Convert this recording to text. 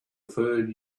third